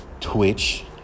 Twitch